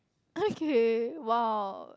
okay !wow!